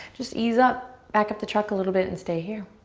just ease up. back up the truck a little bit and stay here.